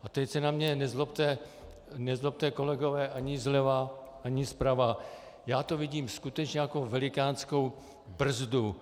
A teď se na mne nezlobte, kolegové ani zleva, ani zprava, já to vidím skutečně jako velikánskou brzdu.